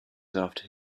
after